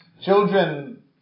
Children